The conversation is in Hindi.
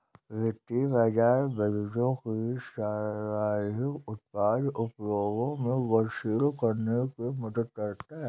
वित्तीय बाज़ार बचतों को सर्वाधिक उत्पादक उपयोगों में गतिशील करने में मदद करता है